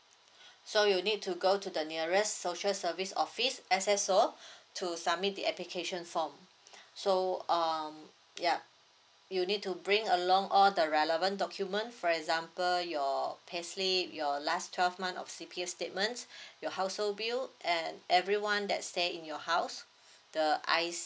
so you need to go to the nearest social service office S_S_O to submit the application form so um yup you need to bring along all the relevant document for example your payslip your last twelve month of C_P_F statement your household bill and everyone that stay in your house the I_C